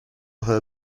her